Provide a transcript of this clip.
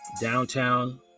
downtown